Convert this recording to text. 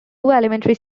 elementary